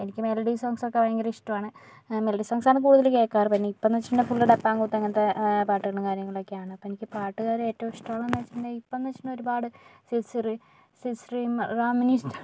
എനിക്ക് മെലഡി സോങ്സൊക്കെ ഭയങ്കര ഇഷ്ടമാണ് മെലഡി സോങ്സ് ആണ് കൂടുതൽ കേൾക്കാർ പിന്നെ ഇപ്പോഴെന്ന് വെച്ചിട്ടുണ്ടെങ്കിൽ ഫുള്ള് ഡപ്പാംകൂത്തു അങ്ങനത്തെ പാട്ടുകളും കാര്യങ്ങളൊക്കെയാണ് അപ്പോൾ എനിക്ക് പാട്ടുകാരെ ഏറ്റവും ഇഷ്ടമുള്ളതെന്ന് വെച്ചുകഴിഞ്ഞാൽ ഇപ്പോഴെന്ന് വെച്ചിട്ടുണ്ടെങ്കിൽ ഒരുപാട്